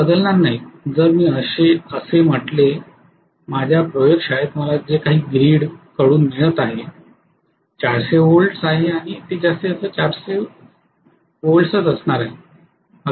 ते बदलणार नाहीत जर मी असे म्हटले माझ्या प्रयोगशाळेत मला जे काही ग्रीड कडून मिळत आहे 400 वोल्ट्स आहे आणि ते जास्तीत जास्त 400 वोल्ट्स असणार आहे